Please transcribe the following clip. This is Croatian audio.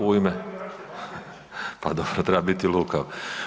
U ime… ... [[Upadica se ne čuje.]] pa dobro treba biti lukav.